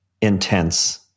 intense